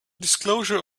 disclosure